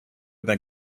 than